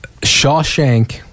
Shawshank